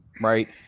right